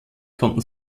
konnten